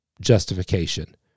justification